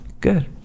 Good